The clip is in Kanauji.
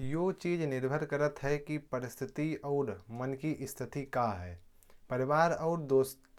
ये चीज़ निर्भर करता है कि परिस्थिति और मन की स्थिति क्या है। परिवार और दोस्तों